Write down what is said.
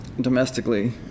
domestically